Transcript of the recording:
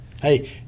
Hey